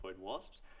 wasps